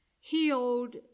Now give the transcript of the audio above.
healed